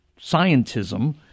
scientism